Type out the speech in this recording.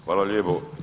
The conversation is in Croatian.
Hvala lijepo.